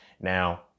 Now